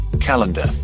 calendar